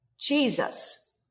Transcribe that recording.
Jesus